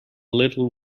little